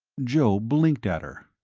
joe blinked at her.